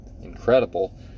incredible